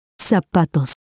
zapatos